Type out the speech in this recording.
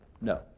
No